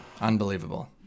Unbelievable